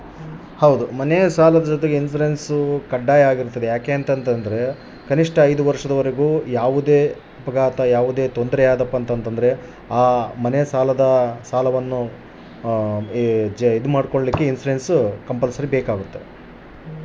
ಮನೆ ಸಾಲದ ಜೊತೆಗೆ ಇನ್ಸುರೆನ್ಸ್ ಕೂಡ ಮಾಡ್ಸಲೇಬೇಕು ಅಂತ ಹೇಳಿದ್ರು ಇದು ಕಡ್ಡಾಯನಾ?